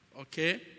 Okay